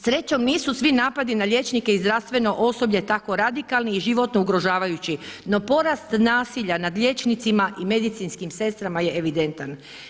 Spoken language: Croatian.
Srećom nisu svi napadi na liječnike i zdravstveno osoblje tako radikalni i životno ugrožavajući no porast nasilja nad liječnicima i medicinskim sestrama je evidentan.